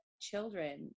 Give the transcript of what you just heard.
children